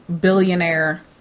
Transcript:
billionaire